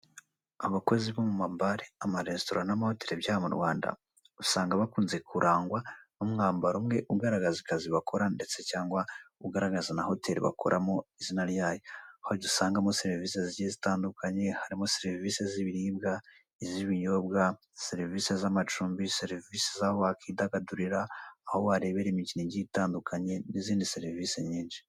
Abakozi bo muma bare, amarestora n'amahoteri usanga bakunze kurangwa n'umwambaro umwe ugaragaza akazi bakora ndetse cyangwa ugaragaza ndetse na hoteri bakoramo izina ryayo, harigihe usangamo serivise zigiye zitandukanye harimo serivise z'ibiribwa, izibinyobwa, serivise z'amacumbi, serivise zaho wakwidagadurira, aho warebera imikino itandukanye n'izindi serivise nyinshi.